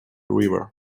river